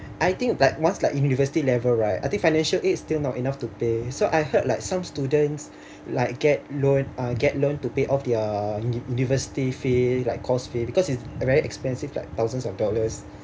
I think like once like university level right I think financial aid still not enough to pay so I heard like some students like get loan uh get loan to pay off their university fee like course fee because it's a very expensive like thousands of dollars